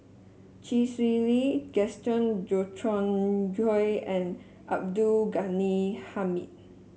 Chee Swee Lee Gaston Dutronquoy and Abdul Ghani Hamid